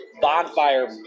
bonfire